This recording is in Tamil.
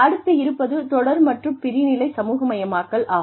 அடுத்து இருப்பது தொடர் மற்றும் பிரிநிலை சமூகமயமாக்கல் ஆகும்